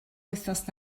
wythnos